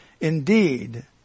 Indeed